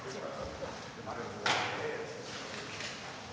tak.